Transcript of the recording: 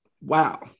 Wow